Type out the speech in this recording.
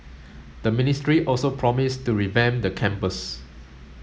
the ministry also promised to revamp the campus